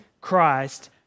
Christ